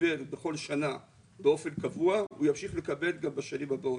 בכל שנה באופן קבוע הוא ימשיך לקבל גם בשנים הבאות.